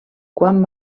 quan